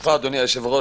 ברשותך אדוני היושב-ראש,